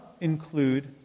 include